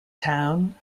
town